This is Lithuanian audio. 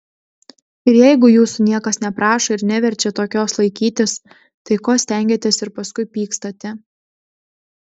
ir jeigu jūsų niekas neprašo ir neverčia tokios laikytis tai ko stengiatės ir paskui pykstate